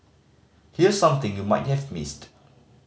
here's something you might have missed